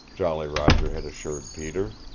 jolly roger had assured peter,